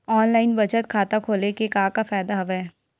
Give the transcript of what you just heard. online बचत खाता खोले के का का फ़ायदा हवय